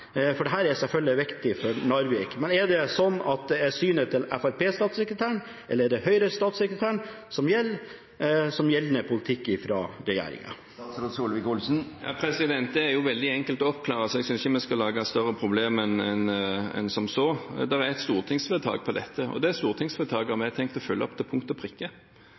er selvfølgelig viktig for Narvik. Er det synet til Fremskrittsparti-statssekretæren eller Høyre-statssekretæren som gjelder som gjeldende politikk fra regjeringen? Det er veldig enkelt å oppklare, så jeg synes ikke vi skal lage større problem enn som så. Det er et stortingsvedtak på dette, og det stortingsvedtaket har vi tenkt å følge opp til punkt og prikke.